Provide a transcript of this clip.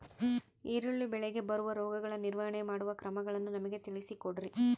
ಈರುಳ್ಳಿ ಬೆಳೆಗೆ ಬರುವ ರೋಗಗಳ ನಿರ್ವಹಣೆ ಮಾಡುವ ಕ್ರಮಗಳನ್ನು ನಮಗೆ ತಿಳಿಸಿ ಕೊಡ್ರಿ?